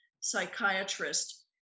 psychiatrist